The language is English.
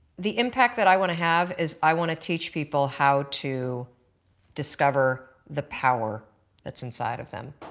the impact that i want to have is i want to teach people how to discover the power that's inside of them.